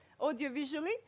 audiovisually